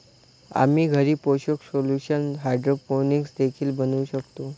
आम्ही घरी पोषक सोल्यूशन हायड्रोपोनिक्स देखील बनवू शकतो